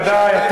שמענו, בוודאי.